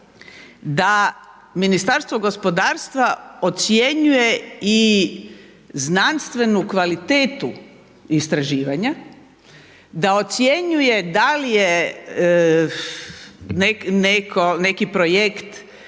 da Ministarstvo gospodarstva ocjenjuje i znanstvenu kvalitetu istraživanja, da ocjenjuje da li je neki projekt